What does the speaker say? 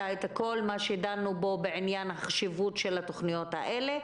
את הכול ואת הדיונים שלנו על חשיבות התוכניות האלה,